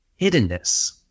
hiddenness